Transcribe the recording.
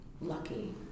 lucky